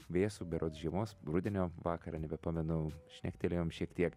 vėsų berods žiemos rudenio vakarą nebepamenu šnektelėjom šiek tiek